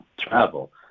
travel